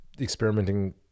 Experimenting